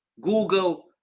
Google